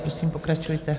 Prosím, pokračujte.